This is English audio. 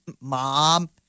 Mom